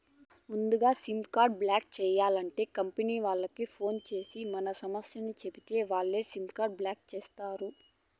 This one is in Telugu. ముందుగా కార్డు బ్లాక్ చేయాలంటే కంపనీ వాళ్లకి ఫోన్ చేసి మన సమస్య చెప్పితే వాళ్లే కార్డు బ్లాక్ చేస్తారు